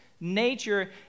nature